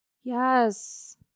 yes